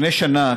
לפני שנה,